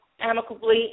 amicably